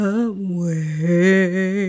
away